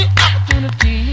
opportunity